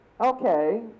okay